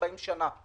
40 שנה,